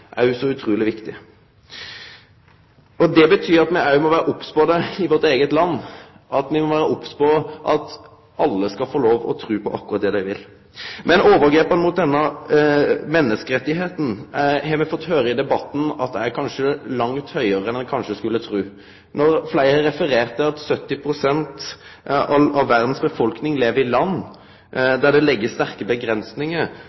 Det betyr at me òg må vere obs på det i vårt eige land, me må vere obs på at alle skal få lov til å tru på akkurat det dei vil. Men overgrepa når det gjeld denne menneskeretten, har me i debatten fått høyre at kanskje er langt høgare enn ein skulle tru. Når fleire refererer til at 70 pst. av verdas befolkning lever i land